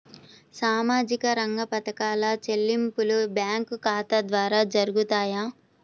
సామాజిక రంగ పథకాల చెల్లింపులు బ్యాంకు ఖాతా ద్వార జరుగుతాయా?